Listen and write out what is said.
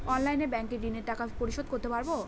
অনলাইনে ব্যাংকের ঋণের টাকা পরিশোধ করতে পারবো?